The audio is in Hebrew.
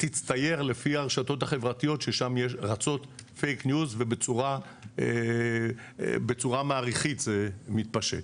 תצטייר לפי הרשתות החברתיות ששם רצים פייק ניוז ובצורה מעריכת מתפשט.